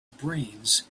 brains